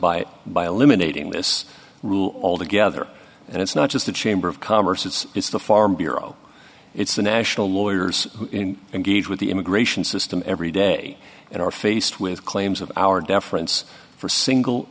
by by eliminating this rule altogether and it's not just the chamber of commerce it's it's the farm bureau it's the national lawyers in engage with the immigration system every day and are faced with claims of our deference for single